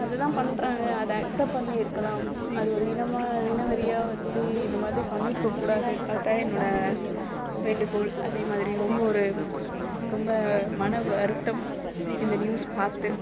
அதுதான் பண்ணுறாங்க அதை அக்ஸப்ட் பண்ணி இருக்கலாம் அது ஒரு இனமாக இனவெறியாக வச்சு இதுமாதிரி பண்ணியிருக்க கூடாது அதுதான் என்னோட வேண்டுகோள் அதேமாதிரி ரொம்ப ஒரு ரொம்ப மன வருத்தம் இந்த நியூஸ் பார்த்து